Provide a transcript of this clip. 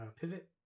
Pivot